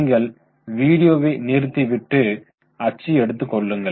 நீங்கள் வீடியோவை நிறுத்திவிட்டு அச்சு எடுத்துக் கொள்ளுங்கள்